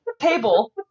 table